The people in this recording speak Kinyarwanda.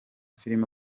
filime